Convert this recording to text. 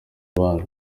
abandi